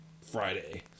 Friday